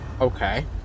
okay